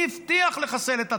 מי הבטיח לחסל את הטרור?